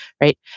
right